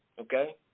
okay